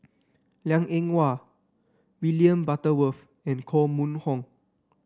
Liang Eng Hwa William Butterworth and Koh Mun Hong